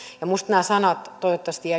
ja nämä sanat toivottavasti